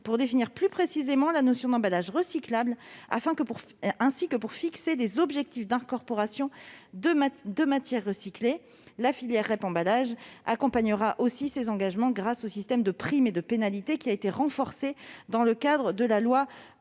pour définir plus précisément la notion d'emballage recyclable et fixer des objectifs d'incorporation de matières recyclées. La filière REP emballages accompagnera aussi ces engagements grâce à un système de primes et de pénalités, renforcé dans le cadre de la loi